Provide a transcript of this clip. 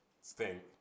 stink